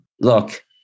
look